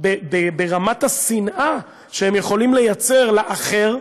ברמת השנאה שהם יכולים לייצר לאחר,